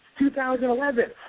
2011